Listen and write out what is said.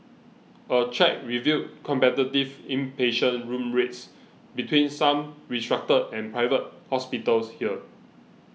a check revealed competitive inpatient room rates between some restructured and Private Hospitals here